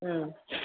മ്മ്